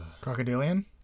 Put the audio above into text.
Crocodilian